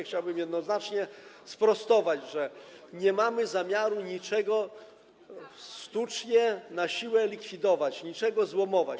Chciałbym jednoznacznie sprostować - nie mamy zamiaru niczego sztucznie, na siłę, likwidować, niczego złomować.